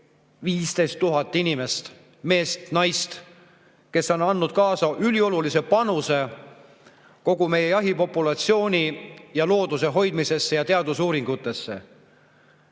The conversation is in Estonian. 15 000 inimest, meest ja naist, kes on andnud üliolulise panuse kogu meie jahipopulatsiooni ja looduse hoidmisesse ja teadusuuringutesse.